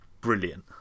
brilliant